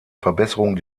verbesserung